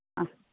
ആ